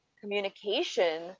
communication